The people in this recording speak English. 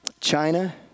China